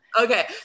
okay